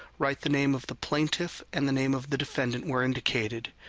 write the name of the plaintiff and the name of the defendant where indicated.